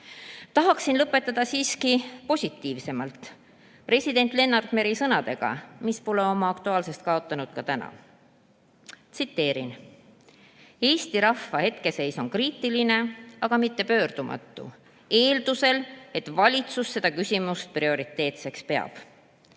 Tahaksin lõpetada siiski positiivsemalt, president Lennart Meri sõnadega, mis pole oma aktuaalsust kaotanud ka täna. Tsiteerin: "Eesti rahva hetkeseis on kriitiline, aga mitte pöördumatu, eeldusel, et valitsus seda küsimust prioriteetseks peab."